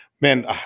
man